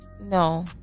no